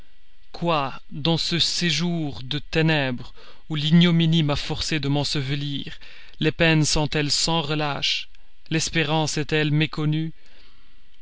quoi dans ce séjour de ténèbres où l'ignominie m'a forcée de m'ensevelir les peines sont-elles sans relâche l'espérance est-elle méconnue